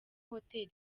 hotel